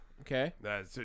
Okay